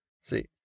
See